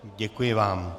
Děkuji vám.